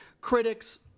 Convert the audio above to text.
critics